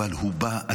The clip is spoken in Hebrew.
אבל הוא בא,